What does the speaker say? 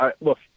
Look